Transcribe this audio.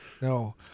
no